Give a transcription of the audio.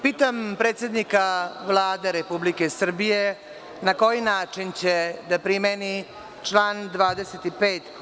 Pitam predsednika Vlade Republike Srbije na koji način će da primeni član 25.